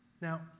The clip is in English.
Now